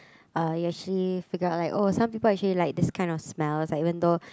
uh you actually figure out like oh some people actually like this kind of smell as like even though